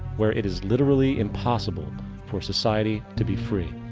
where it is literally impossible for society to be free.